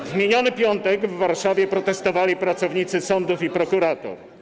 W miniony piątek w Warszawie protestowali pracownicy sądów i prokuratur.